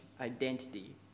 identity